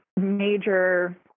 major